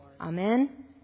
Amen